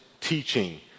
teaching